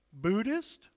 Buddhist